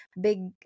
big